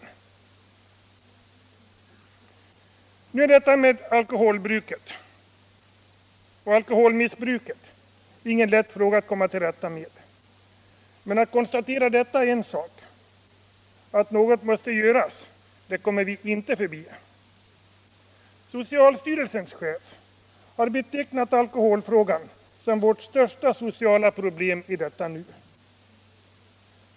Nu är emellertid detta med alkoholbruket och alkoholmissbruket ingen lätt fråga att komma till rätta med. Men att konstatera detta är en sak; att något måste göras kommer vi inte förbi. Socialstyrelsens chef har betecknat alkoholfrågan som vårt största sociala problem i detta nu.